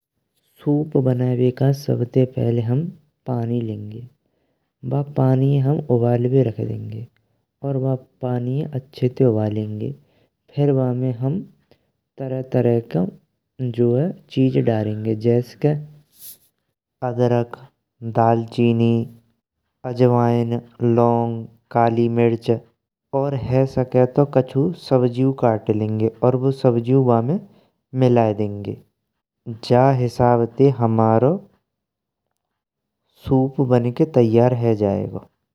सूप बणावे कााज सबते पहले हम पानी लेंगे बाअ पानी हम उबालवे रखदेंगे। और बाअ पानी अच्छे ते उबालेंगे फिर बामे हम तरह तरह की चीज डालेंगे जैसे कि अदरक, दालचीनी, अजवाइन, लौंग, कालीमिर्च और है सके तो कछू सब्जियाँ काट लेंगे। और बु सब्जियाँ बामे मिलाय देंगे का हिसाब ते हमारो सूप बणके तैयार है जायेगो।